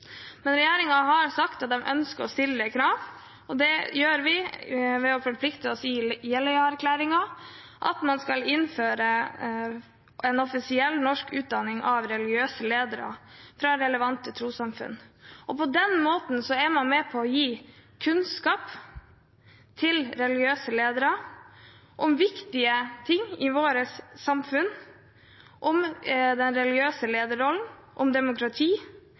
Men regjeringen har sagt at den ønsker å stille krav, og det gjør vi ved å forplikte oss på Jeløya-erklæringen, at man skal innføre en offisiell norsk utdanning av religiøse ledere fra relevante trossamfunn. På den måten er man med på å gi kunnskap til religiøse ledere om viktige ting i vårt samfunn, om den religiøse lederrollen, om demokrati,